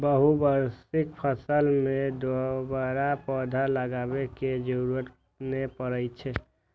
बहुवार्षिक फसल मे दोबारा पौधा लगाबै के जरूरत नै पड़ै छै